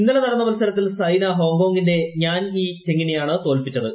ഇന്നലെ നടന്ന മത്സരത്തിൽ സ്സൈന്റ് ഹ്യോങ്കോങ്ങിന്റെ ഞ്യാൻ യി ചെങ്ങിനെയാണ് തോൽപ്പിച്ചത്